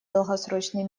долгосрочный